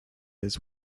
his